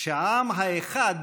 כשהעם האחד